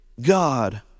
God